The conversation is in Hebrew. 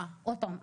עוד פעם,